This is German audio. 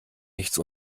nichts